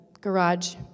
garage